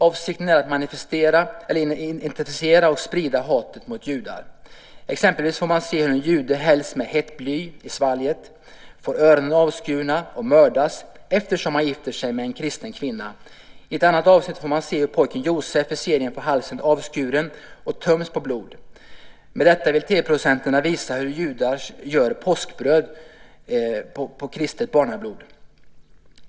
Avsikten är att intensifiera och sprida hatet mot judar. Exempelvis får man se hur en jude hälls med hett bly i svalget, får öronen avskurna och mördas eftersom han gifter sig med en kristen kvinna. I ett annat avsnitt får man se hur pojken Josef i serien får halsen avskuren och töms på blod. Med detta vill TV-producenterna visa hur judar gör påskbröd på kristet barnablod.